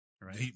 right